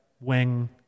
wing